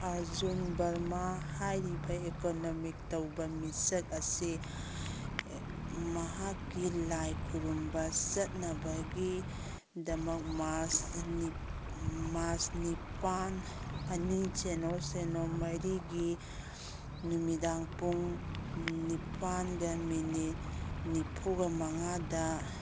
ꯑꯥꯔꯖꯨꯟ ꯕꯔꯃꯥ ꯍꯥꯏꯔꯤꯕ ꯏꯀꯣꯅꯣꯃꯤꯛ ꯇꯧꯕ ꯃꯤꯁꯛ ꯑꯁꯤ ꯃꯍꯥꯛꯀꯤ ꯂꯥꯏ ꯈꯨꯔꯨꯝꯕ ꯆꯠꯅꯕꯒꯤꯗꯃꯛ ꯃꯥꯔꯁ ꯃꯥꯔꯁ ꯅꯤꯄꯥꯟ ꯑꯅꯤ ꯁꯦꯅꯣ ꯁꯦꯅꯣ ꯃꯔꯤꯒꯤ ꯅꯨꯃꯤꯗꯥꯡ ꯄꯨꯡ ꯅꯤꯄꯥꯟꯒ ꯃꯤꯅꯤꯠ ꯅꯤꯐꯨꯒ ꯃꯉꯥꯗ